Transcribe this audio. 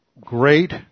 great